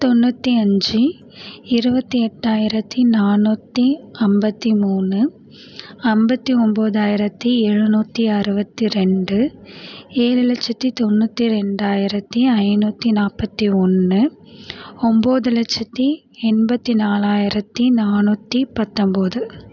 தொண்ணூற்றி அஞ்சு இருபத்தி எட்டாயிரத்தி நானூற்றி ஐம்பத்தி மூணு ஐம்பத்தி ஒம்பதாயிரத்தி எழுநூற்றி அறுபத்தி ரெண்டு ஏழு லட்சத்தி தொண்ணூற்றி ரெண்டாயிரத்தி ஐநூற்றி நாற்பத்தி ஒன்று ஒம்பது லட்சத்தி எண்பத்தி நாலாயிரத்தி நானூற்றி பத்தம்பது